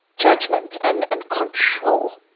judgment and and control.